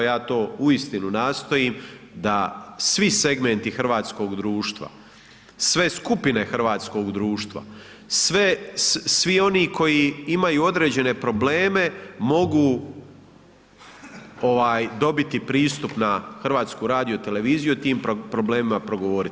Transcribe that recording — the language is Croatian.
A ja to uistinu nastojim da svi segmenti hrvatskog društva, sve skupine hrvatskog društva, svi oni koji imaju određene probleme mogu dobiti pristup na HRT i o tim problemima progovoriti.